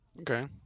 Okay